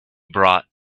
brought